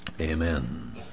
Amen